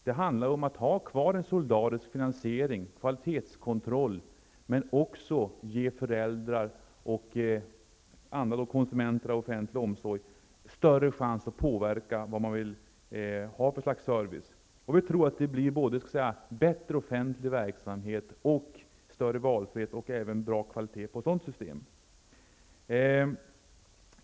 Det handlar om att ha kvar en solidarisk finansiering och kvalitetskontroll men också om att ge föräldrar och andra konsumenter av offentlig omsorg större chans att påverka den service de vill ha. Vi tror att det blir både bättre offentlig verksamhet och större valfrihet samt god kvalitet i ett sådant system.